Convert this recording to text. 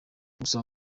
gusa